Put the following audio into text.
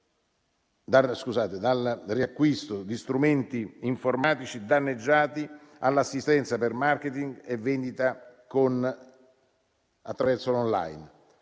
dal riacquisto di strumenti informatici danneggiati all'assistenza per *marketing* e vendita attraverso l'*online*.